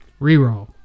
Reroll